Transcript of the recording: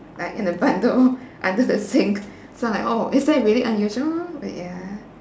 like in a bundle under the sink so I'm like oh is that really unusual but ya